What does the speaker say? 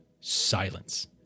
silence